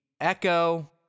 Echo